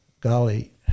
golly